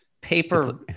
paper